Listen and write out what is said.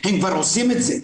הם כבר עושים את זה.